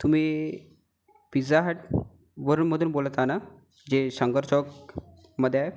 तुम्ही Pizza Hut वरून मधून बोलत हा ना जे शंकर चौकमध्ये आहे